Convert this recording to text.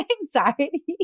anxiety